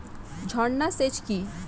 ঝর্না সেচ কি?